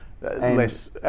less